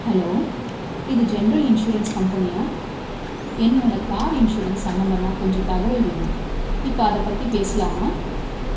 hello இது general insurance கம்பெனியா என்னோடய கார் இன்சூரன்ஸ் சம்பந்தமாக கொஞ்சம் தகவல் வேணும் இப்போ அதை பற்றி பேசலாமா